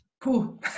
Cool